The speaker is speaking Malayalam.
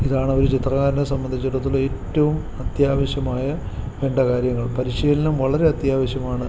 ഇതാണൊരു ചിത്രകാരനെ സംബന്ധിച്ചിടത്തോളം ഏറ്റവും അത്യാവശ്യമായ വേണ്ടകാര്യങ്ങൾ പരിശീലനം വളരെ അത്യാവശ്യമാണ്